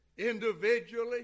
Individually